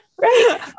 Right